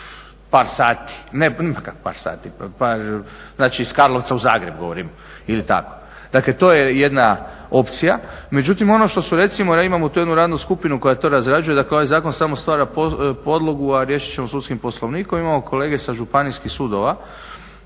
par sati, ne par sati, par, znači iz Karlovca u Zagreb govorimo je li tako. Dakle, to je jedna opcija. Međutim, ono što su recimo imamo tu jednu radnu skupinu koja to razrađuje, dakle ovaj zakon samo stvara podlogu a riješit ćemo sudskim poslovnikom, imamo kolege sa županijskih sudova